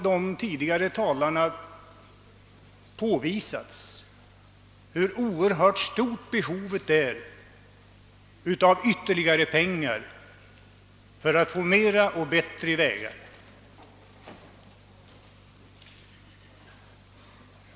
De tidigare talarna har påvisat hur oerhört stort behovet är av ytterligare pengar för att bygga flera och bättre vägar.